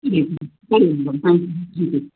ಸರಿ ಮೇಡಮ್ ಸರಿ madam thank you okay